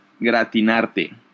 gratinarte